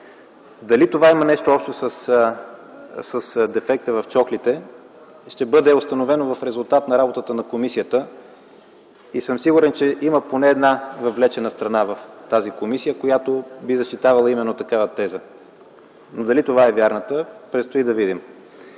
Дали това има нещо общо с дефекта в чохлите ще бъде установено в резултат на работата на комисията и съм сигурен, че има поне една въвлечена страна в тази комисия, която би защитавала именно такава теза. Дали това е вярната престои да видим.